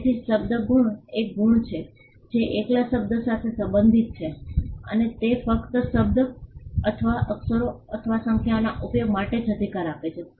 તેથી શબ્દ ગુણ એ ગુણ છે જે એકલા શબ્દ સાથે સંબંધિત છે અને તે ફક્ત શબ્દ અથવા અક્ષરો અથવા સંખ્યાઓના ઉપયોગ માટે જ અધિકાર આપે છે